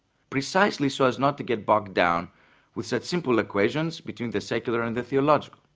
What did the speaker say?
precisely so as not to get bogged down with such simple equations between the secular and the theological.